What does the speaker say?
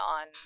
on